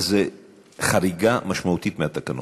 זו חריגה משמעותית מהתקנון.